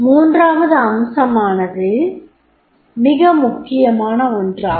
மூன்றாவது அம்சமானது மிக மிக முக்கியமான ஒன்றாகும்